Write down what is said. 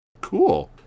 Cool